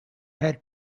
head